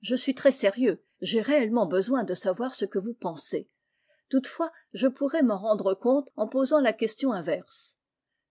je suis très sérieux j'ai réellement besoin de savoir ce que vous pensez toutefois jepourrai m'en rendre compteen posant la question inverse